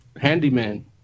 Handyman